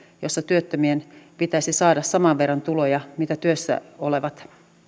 jossa työttömien pitäisi saada saman verran tuloja kuin työssä olevien